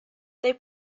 they